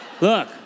Look